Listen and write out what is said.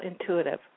intuitive